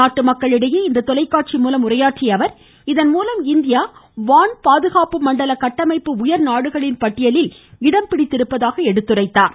நாட்டு மக்களிடையே இன்று தொலைக்காட்சி மூலம் உரையாற்றிய அவர் இதன் மூலம் இந்தியா வான்பாதுகாப்பு மண்டல கட்டமைப்பு உயர்நாடுகளின் பட்டியிலில் இடம்பிடித்துள்ளதாக எடுத்துரைத்தார்